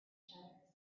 shutters